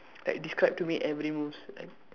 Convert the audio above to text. like describe to me every moves